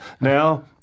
Now